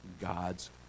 God's